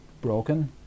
broken